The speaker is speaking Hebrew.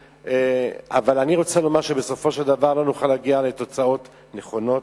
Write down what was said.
אבל אני רוצה לומר שלא נוכל להגיע לתוצאות נכונות,